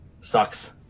sucks